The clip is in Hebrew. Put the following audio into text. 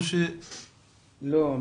לא.